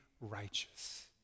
righteous